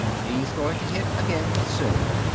he's going to hit again soon,